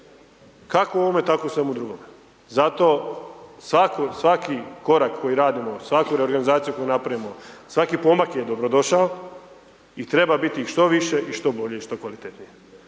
Kako u ovome, tako i u svemu drugome. Zato svaki korak koji radimo, svaku reorganizaciju koju napravimo, svaki pomak je dobrodošao i treba biti što više i što bolje i što kvalitetnije.